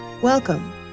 Welcome